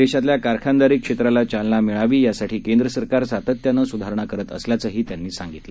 देशातल्याकारखानदारीक्षेत्रालाचालनामिळावीयासाठीकेंद्रसरकारसातत्यानंसुधारणाकरतअसल्याचंहीत्यांनीसांगितलं